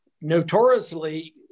Notoriously